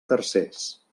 tercers